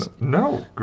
No